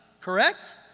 correct